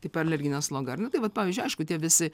kaip alerginė sloga ir nu tai vat pavyzdžiui aišku tie visi